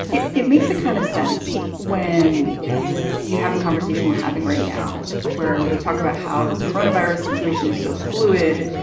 it it makes it kind of sentence when you have a conversation we're having right now where we talk about how this coronavirus situation is so fluid.